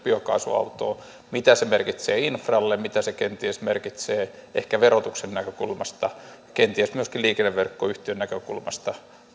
biokaasuautoa mitä se merkitsee infralle mitä se kenties merkitsee ehkä verotuksen näkökulmasta kenties myöskin liikenneverkkoyhtiön näkökulmasta